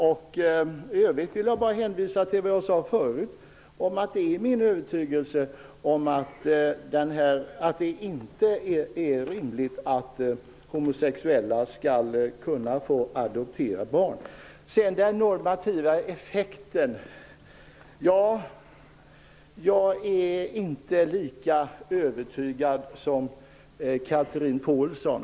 I övrigt vill jag bara hänvisa till det jag sade förut om att det är min övertygelse att det inte är rimligt att homosexuella skall kunna få adoptera barn. Jag är inte lika övertygad som Chatrine Pålsson om den normativa effekten.